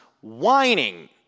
whining